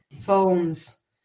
phones